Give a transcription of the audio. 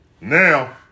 Now